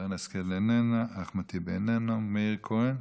שרן השכל, איננה, אחד טיבי, איננו, מאיר כהן,